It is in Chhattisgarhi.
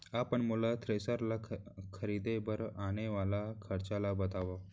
आप मन मोला थ्रेसर ल खरीदे बर आने वाला खरचा ल बतावव?